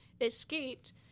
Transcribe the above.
escaped